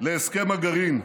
להסכם הגרעין.